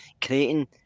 creating